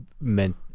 meant